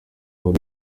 wari